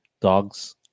Dogs